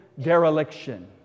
dereliction